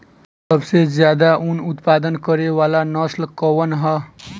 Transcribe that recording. सबसे ज्यादा उन उत्पादन करे वाला नस्ल कवन ह?